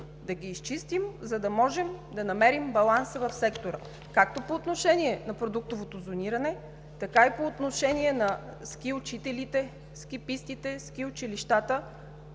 да ги изчистим, за да можем да намерим баланса в сектора както по отношение на продуктовото зониране, така и по отношение на ски учителите, ски пистите, ски училищата,